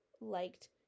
liked